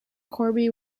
corby